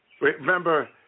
Remember